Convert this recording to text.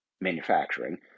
manufacturing